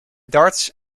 darts